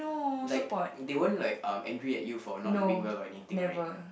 like they won't like um angry at you for not doing well or anything right